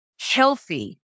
healthy